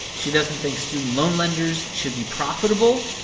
she doesn't think student loan lenders should be profitable.